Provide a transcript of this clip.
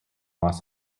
los